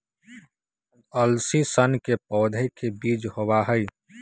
अलसी सन के पौधे के बीज होबा हई